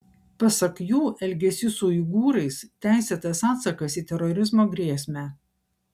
pasak jų elgesys su uigūrais teisėtas atsakas į terorizmo grėsmę